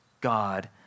God